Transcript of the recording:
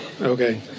okay